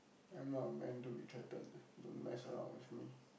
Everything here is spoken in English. I'm not a man to be threatened don't mess around with me